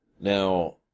Now